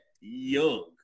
young